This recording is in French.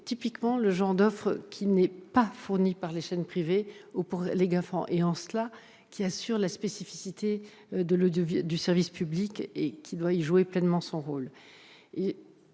typiquement le genre d'offre qui n'est pas fournie par les chaînes privées ou par les GAFAN. C'est la spécificité du service public, qui doit jouer pleinement son rôle.